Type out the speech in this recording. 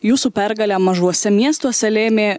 jūsų pergalę mažuose miestuose lėmė